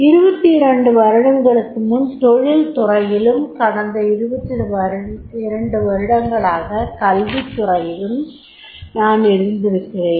22 வருடங்களுக்கு முன் தொழில் துறையிலும் கடந்த 22 வருடங்களாக கல்வித்துறையிலும் நான் இருந்து வருகிறேன்